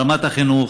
רמת החינוך,